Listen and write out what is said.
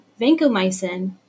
vancomycin